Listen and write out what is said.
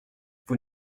vous